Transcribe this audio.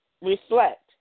reflect